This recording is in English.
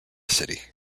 city